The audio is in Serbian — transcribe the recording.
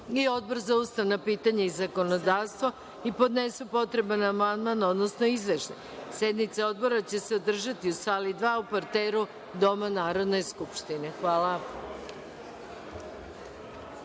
i Odbor za ustavna pitanja i zakonodavstvo i da podnesu potreban amandman, odnosno izveštaj. Sednice odbora će se održati u sali II u parteru Doma Narodne skupštine.(Posle